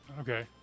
Okay